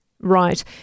Right